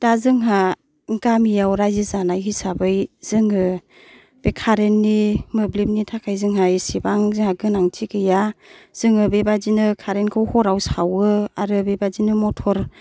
दा जोंहा गामियाव रायजो जानाय हिसाबै जोङो बे खारेननि मोब्लिबनि थाखाय जोंहा इसिबां जोंहा गोनांथि गैया जोङो बेबायदिनो खारेनखौ हराव सावो आरो बेबायदिनो मटर